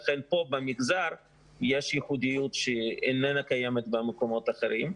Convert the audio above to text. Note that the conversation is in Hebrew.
לכן במגזר יש ייחודיות שאיננה קיימת במקומות אחרים.